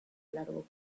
largo